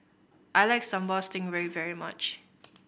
I like Sambal Stingray very much